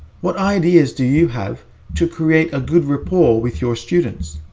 what ideas do you have to create a good rapport with your students?